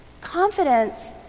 Confidence